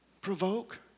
provoke